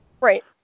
right